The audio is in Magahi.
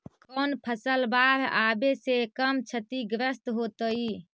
कौन फसल बाढ़ आवे से कम छतिग्रस्त होतइ?